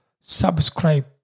subscribe